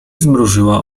zmrużyła